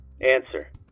Answer